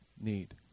need